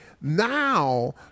Now